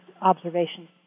observation